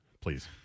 please